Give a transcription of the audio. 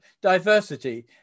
diversity